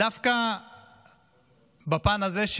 דווקא בפן הזה,